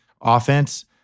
offense